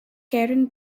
karen